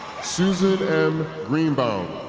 susan m. greenbaum,